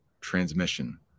transmission